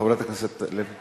חברת הכנסת אורלי לוי